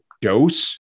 dose